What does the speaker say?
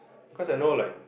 cause I know like